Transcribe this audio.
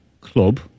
club